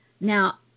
Now